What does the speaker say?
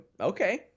okay